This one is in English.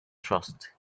trust